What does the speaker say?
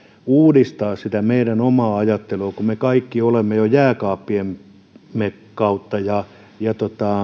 uudistaa sitä omaa ajatteluamme kun me kaikki olemme jo jääkaappiemme ja ja